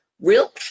real